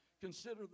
Consider